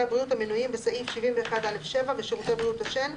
הבריאות המנויים בסעיף 71(א)(7) ושירותי בריאות השן,